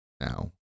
now